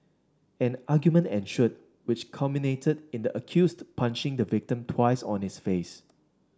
an argument ensued which culminated in the accused punching the victim twice on his face